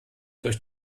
durch